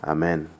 Amen